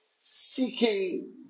seeking